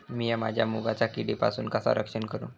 मीया माझ्या मुगाचा किडीपासून कसा रक्षण करू?